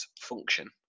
function